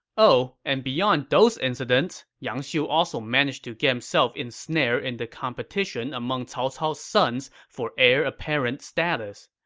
oh and beyond those incidents, yang xiu also managed to get himself ensnared in the competition among cao cao's sons for heir apparent status.